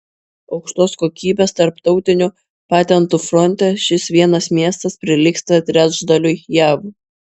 aukštos kokybės tarptautinių patentų fronte šis vienas miestas prilygsta trečdaliui jav